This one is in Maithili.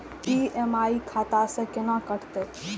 ई.एम.आई खाता से केना कटते?